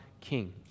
King